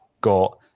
got